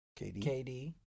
KD